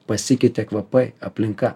pasikeitė kvapai aplinka